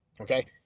okay